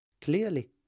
Clearly